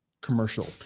commercial